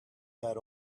that